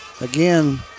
again